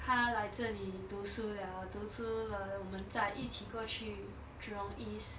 她来这里读书 liao 读书了 then 我们在一起过去 jurong east